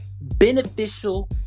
beneficial